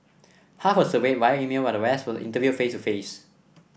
half were surveyed via email while the rest were interviewed face to face